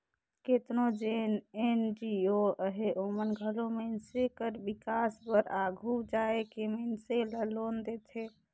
केतनो जेन एन.जी.ओ अहें ओमन घलो मइनसे कर बिकास बर आघु आए के मइनसे ल लोन देथे